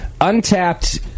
Untapped